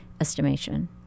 estimation